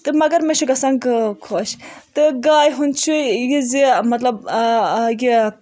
تہٕ مگر مےٚ چھِ گَژھان گٲو خۄش تہٕ گایہِ ہُند چھُ یہِ زِ مطلب کہِ